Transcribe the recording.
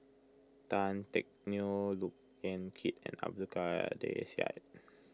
Tan Teck Neo Look Yan Kit and Abdul Kadir Syed